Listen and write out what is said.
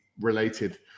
related